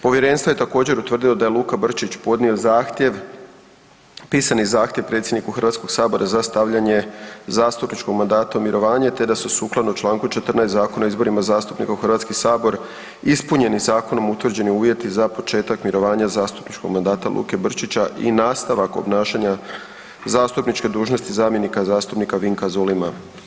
Povjerenstvo je također utvrdilo da je Luka Brčić podnio zahtjev, pisani zahtjev predsjedniku HS-a za stavljanje zastupničkog mandata u mirovanje te da su sukladno čl. 14 Zakona o izborima zastupnika u HS ispunjeni zakonom utvrđeni uvjeti za početak mirovanja zastupničkog mandata Luke Brčića i nastavak obnašanja zastupničke dužnosti zamjenika zastupnika Vinka Zulima.